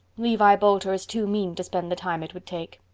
levi boulter is too mean to spend the time it would take.